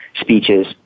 speeches